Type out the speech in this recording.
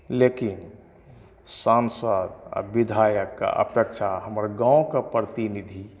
लेकिन सांसद आ बिधायकके अपेक्षा हमर गाँवके प्रतिनिधि